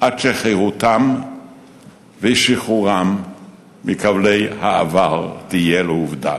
עד שחירותם ושחרורם מכבלי העבר יהיו לעובדה.